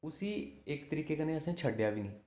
उसी इक तरीके कन्नै असें छड्डेआ बी नेईं